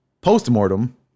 post-mortem